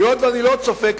היות שאני לא צופה כרגע,